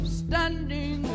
standing